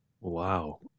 Wow